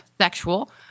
sexual